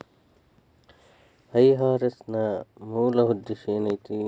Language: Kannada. ಐ.ಆರ್.ಎಸ್ ನ ಮೂಲ್ ಉದ್ದೇಶ ಏನೈತಿ?